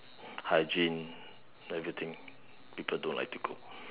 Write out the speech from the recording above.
hygiene everything people don't like to go